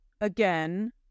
again